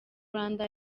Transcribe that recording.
rwanda